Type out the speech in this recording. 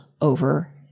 over